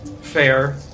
fair